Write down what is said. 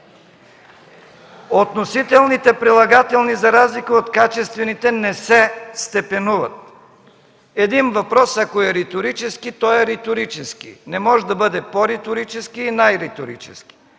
Относителните прилагателни, за разлика от качествените, не се степенуват. Ако един въпрос е риторически, той е риторически. Не може да бъде по-риторически и най-риторически.